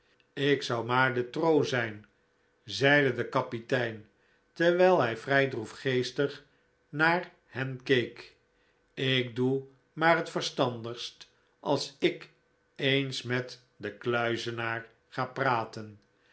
ik zou maar de trop zijn zeide de kapitein terwijl hij vrij droefgeestig naar hen keek ik doe maar het verstandigst ajs ik eens met den kluizenaar ga praten